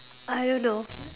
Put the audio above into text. I don't know